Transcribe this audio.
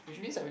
okay